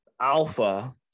alpha